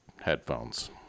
headphones